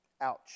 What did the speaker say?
Ouch